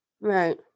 right